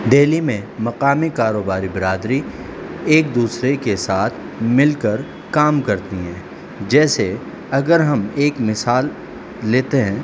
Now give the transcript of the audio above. دہلی میں مقامی کاروباری برادری ایک دوسرے کے ساتھ مل کر کام کرتی ہیں جیسے اگر ہم ایک مثال لیتے ہیں